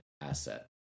asset